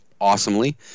awesomely